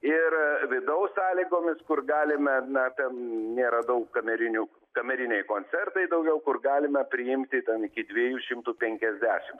ir vidaus sąlygomis kur galime na ten nėra daug kamerinių kameriniai koncertai daugiau kur galime priimti ten iki dviejų šimtų penkiasdešim